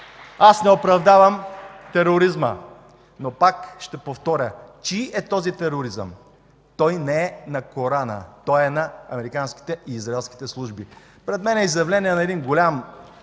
аз не оправдавам тероризма. Но пак ще повторя: чий е този тероризъм? Той не е на Корана. Той е на американските и израелските служби. Пред мен е изявление на един голям